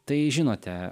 tai žinote